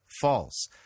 false